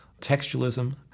textualism